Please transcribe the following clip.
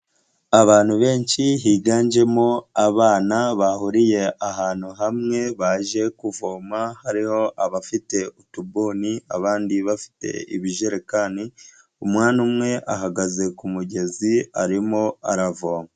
Abantu benshi higanjemo abana, bahuriye ahantu hamwe baje kuvoma, hariho abafite utuboni, abandi bafite ibijerekani, umwana umwe ahagaze ku mugezi arimo aravoma.